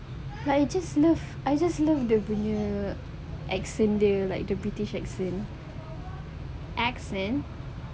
I just love I just love dia punya accent the british accent accent